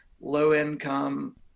low-income